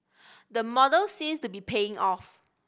the model seems to be paying off